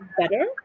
better